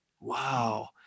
Wow